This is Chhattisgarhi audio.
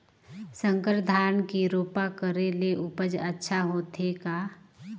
संकर धान के रोपा करे ले उपज अच्छा होथे का?